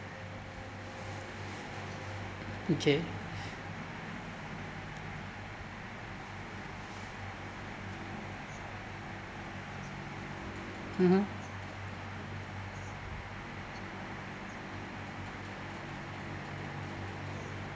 okay mmhmm